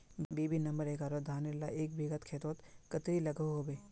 BB number एगारोह धानेर ला एक बिगहा खेतोत कतेरी लागोहो होबे?